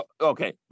Okay